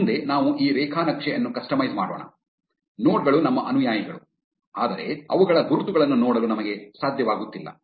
ಮುಂದೆ ನಾವು ಈ ರೇಖಾನಕ್ಷೆ ಅನ್ನು ಕಸ್ಟಮೈಸ್ ಮಾಡೋಣ ನೋಡ್ ಗಳು ನಮ್ಮ ಅನುಯಾಯಿಗಳು ಆದರೆ ಅವುಗಳ ಗುರುತುಗಳನ್ನು ನೋಡಲು ನಮಗೆ ಸಾಧ್ಯವಾಗುತ್ತಿಲ್ಲ